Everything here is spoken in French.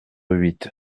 huit